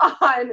on